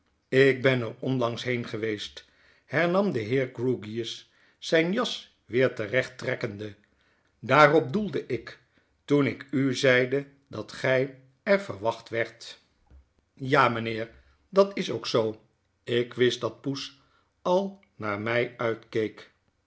lk ben er onlangs heen geweest hernam de heer grewgious zyn jas weer terecht trekkende daarop doelde ik toen ik u zeide dat gy er verwacht werdt ja mynheer dat is ook zoo ik wist dat poes al naar my uitkeek